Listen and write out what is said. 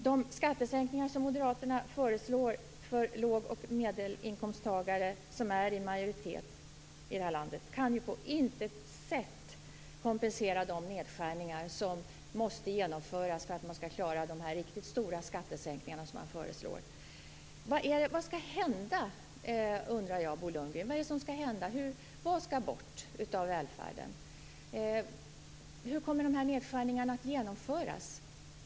De skattesänkningar som moderaterna föreslår för låg och medelinkomsttagare, vilka är i majoritet i det här landet, kan på intet sätt kompensera de nedskärningar som man måste genomföra för att klara de stora skattesänkningar man föreslår. Vad skall hända, Bo Lundgren? Vad skall bort av välfärden? Hur kommer de här nedskärningarna att genomföras?